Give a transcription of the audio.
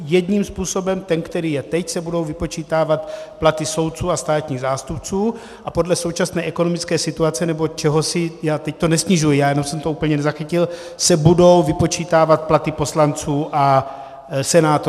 Jedním způsobem, ten, který je teď, se budou vypočítávat platy soudců a státních zástupců a podle současné ekonomické situace nebo čehosi teď to nesnižuji, jenom jsem to úplně nezachytil se budou vypočítávat platy poslanců a senátorů.